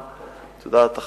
את יודעת,